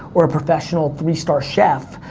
or a professional three star chef.